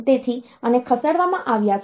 તેથી આને ખસેડવામાં આવ્યા છે